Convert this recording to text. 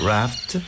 Raft